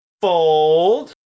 Fold